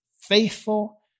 faithful